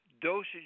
dosage